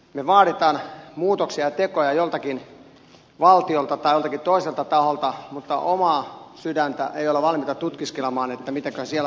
me vaadimme muutoksia ja tekoja joltakin valtiolta tai joltakin toiselta taholta mutta omaa sydäntä ei olla valmiita tutkiskelemaan mitäköhän siellä voisimme tehdä